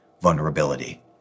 vulnerability